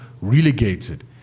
relegated